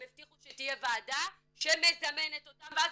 הם הבטיחו שתהיה ועדה שמזמנת אותם ואז